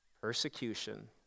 persecution